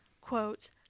quote